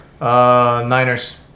Niners